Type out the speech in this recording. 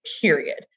period